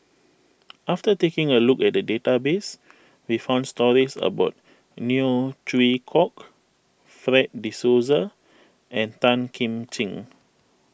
after taking a look at the database we found stories about Neo Chwee Kok Fred De Souza and Tan Kim Ching